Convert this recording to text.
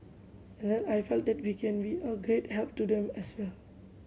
and then I felt that we can be of great help to them as well